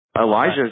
Elijah